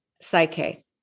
Psyche